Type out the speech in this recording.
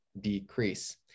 decrease